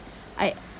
I